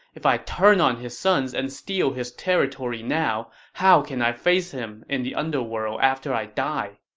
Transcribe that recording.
if i turn on his son and steal his territory now, how can i face him in the underworld after i die?